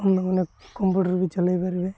ତମେମାନେ କମ୍ପୁଟର୍ ବି ଚଲାଇ ପାରିବେ